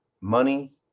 Money